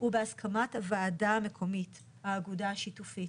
ובהסכמת הוועדה המקומית האגודה השיתופית.